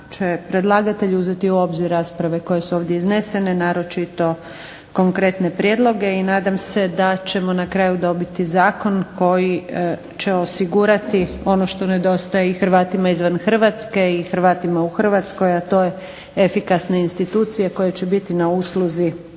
će predlagatelj uzeti u obzir rasprave koje su ovdje iznesene naročito konkretne prijedloge i nadam se da ćemo na kraju dobiti zakon koji će osigurati ono što nedostaje HRvatima izvan Hrvatske i Hrvatima u Hrvatskoj a to je efikasne institucije koje će biti na usluzi